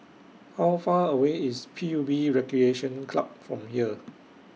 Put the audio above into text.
How Far away IS P U B Recreation Club from here